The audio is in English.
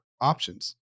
options